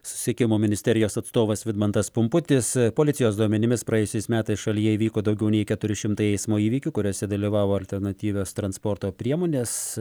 susisiekimo ministerijos atstovas vidmantas pumputis policijos duomenimis praėjusiais metais šalyje įvyko daugiau nei keturi šimtai eismo įvykių kuriuose dalyvavo alternatyvios transporto priemonės